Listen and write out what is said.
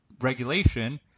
regulation